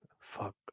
Fuck